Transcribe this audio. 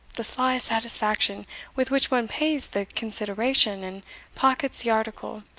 the sly satisfaction with which one pays the consideration, and pockets the article,